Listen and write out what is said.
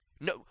No